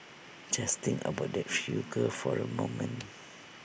just think about that figure for A moment